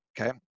okay